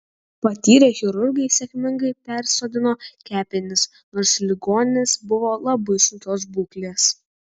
patyrę chirurgai sėkmingai persodino kepenis nors ligonis buvo labai sunkios būklės